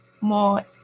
more